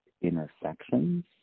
intersections